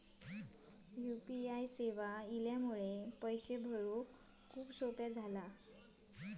U P I सेवा इल्यामुळे पैशे भरुक सोपे झाले